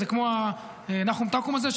זה כמו הנחום-תקום הזה,